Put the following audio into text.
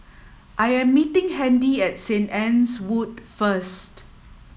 I am meeting Andy at Saint Anne's Wood First